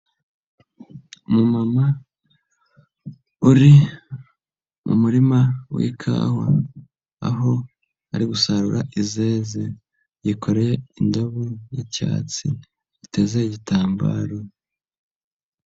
Umumama uri mu murima w'ikawa, aho ari gusarura izeze, yikoreye indabo y'icyatsi, yiteze igitambaro.